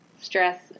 stress